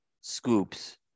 scoops